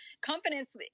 confidence